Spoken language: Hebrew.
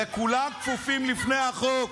וכולם כפופים לחוק,